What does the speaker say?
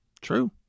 True